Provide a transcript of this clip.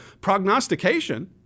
prognostication